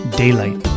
daylight